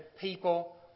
people